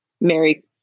Mary